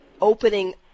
opening